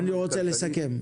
אני רוצה לסכם.